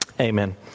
Amen